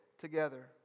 together